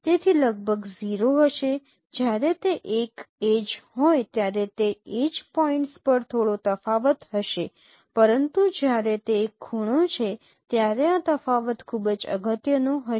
તેઓ લગભગ 0 હશે જ્યારે તે એક એડ્જ હોય ત્યારે તે એડ્જ પોઇન્ટ્સ પર થોડો તફાવત હશે પરંતુ જ્યારે તે એક ખૂણો છે ત્યારે આ તફાવત ખૂબ જ અગત્યનો હશે